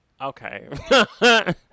okay